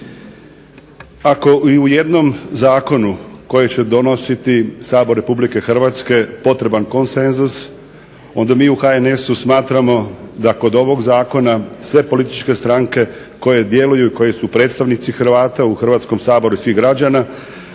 Ako i u jednom zakonu koji će donositi Sabor Republike Hrvatske potreban konsenzus onda mi u HNS-u smatramo da kod ovog zakona sve političke stranke koje djeluju i koje su predstavnici Hrvata u Hrvatskom saboru i svih građana